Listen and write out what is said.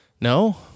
no